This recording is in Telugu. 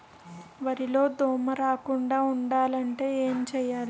వరిలో దోమ రాకుండ ఉండాలంటే ఏంటి చేయాలి?